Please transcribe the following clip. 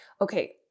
Okay